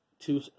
two